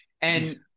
And-